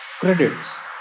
Credits